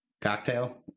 Cocktail